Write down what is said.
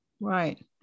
Right